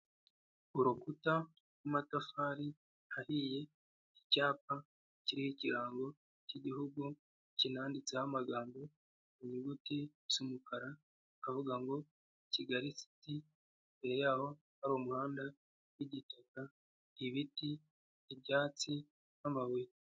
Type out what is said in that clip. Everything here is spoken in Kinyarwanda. Urukuta rw'amatafari ahiye, icyapa kiriho ikirango cy'igihugu kinanditseho amagambo mu nyuguti z'umukara akavuga ngo "Kigali city", imbere yaho hari umuhanda w'igitaka, ibiti, ibyatsi n'amabuye.